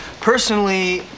Personally